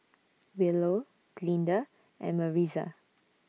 Willow Glinda and Maritza